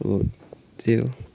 अब त्यही हो